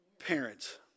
parents